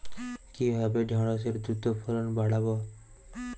কিভাবে ঢেঁড়সের দ্রুত ফলন বাড়াব?